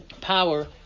Power